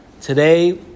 Today